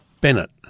Bennett